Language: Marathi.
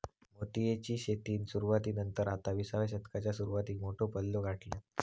मोतीयेची शेतीन सुरवाती नंतर आता विसाव्या शतकाच्या सुरवातीक मोठो पल्लो गाठल्यान